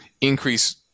increase